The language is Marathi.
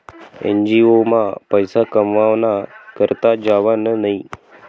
एन.जी.ओ मा पैसा कमावाना करता जावानं न्हयी